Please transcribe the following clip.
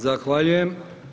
Zahvaljujem.